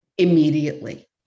Immediately